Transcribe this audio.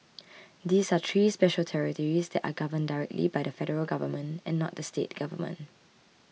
these are three special territories that are governed directly by the Federal Government and not the state government